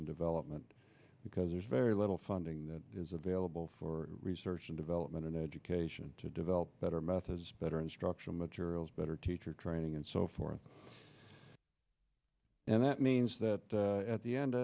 and development because there's very little funding that is available for research and development and education to develop better methods better instructional materials better teacher training and so forth and that means that at the end